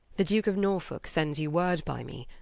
the duke of norfolke sends you word by me,